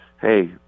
Hey